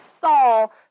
Saul